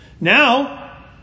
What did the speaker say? Now